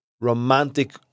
romantic